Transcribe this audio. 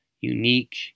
unique